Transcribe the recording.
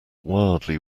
wildly